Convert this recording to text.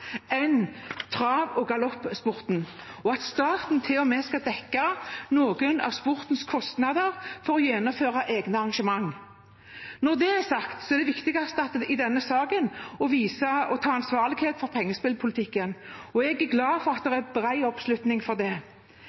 trav- og galoppsporten, og at staten til og med skal dekke noen av sportens kostnader når de gjennomfører egne arrangementer. Når det er sagt, er det viktigste i denne saken å vise ansvarlighet i pengespillpolitikken. Jeg er glad for at det er bred oppslutning om det.